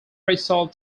crystal